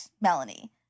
Melanie